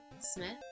Smith